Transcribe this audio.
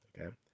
Okay